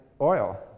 oil